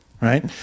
right